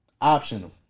Optional